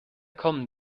kommen